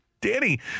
danny